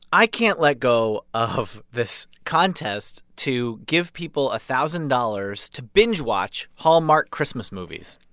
i can't let go of this contest to give people a thousand dollars to binge-watch hallmark christmas movies,